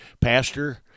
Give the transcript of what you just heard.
Pastor